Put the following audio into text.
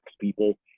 people